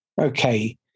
Okay